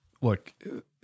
Look